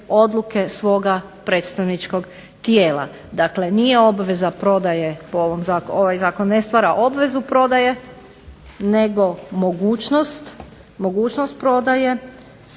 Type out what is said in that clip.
odluke svog predstavničkog tijela. Dakle, nije obveza prodaje, ovaj zakon ne stvara obvezu prodaje nego mogućnost prodaje